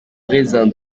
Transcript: raisin